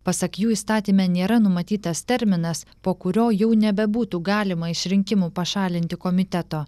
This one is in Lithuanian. pasak jų įstatyme nėra numatytas terminas po kurio jau nebebūtų galima iš rinkimų pašalinti komiteto